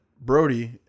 Brody